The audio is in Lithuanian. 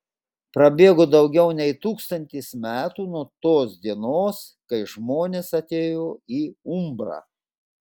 prabėgo daugiau nei tūkstantis metų nuo tos dienos kai žmonės atėjo į umbrą